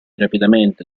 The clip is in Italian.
rapidamente